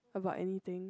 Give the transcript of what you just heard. about anything